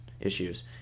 issues